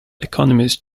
economist